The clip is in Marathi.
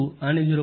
2 आणि 0